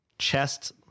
Chest